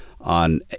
on